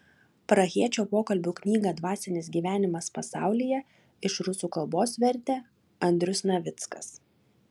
prahiečio pokalbių knygą dvasinis gyvenimas pasaulyje iš rusų kalbos vertė andrius navickas